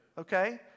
Okay